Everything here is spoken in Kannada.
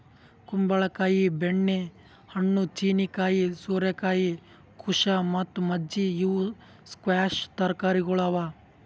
ಕುಂಬಳ ಕಾಯಿ, ಬೆಣ್ಣೆ ಹಣ್ಣು, ಚೀನೀಕಾಯಿ, ಸೋರೆಕಾಯಿ, ಕುಶಾ ಮತ್ತ ಮಜ್ಜಿ ಇವು ಸ್ಕ್ವ್ಯಾಷ್ ತರಕಾರಿಗೊಳ್ ಅವಾ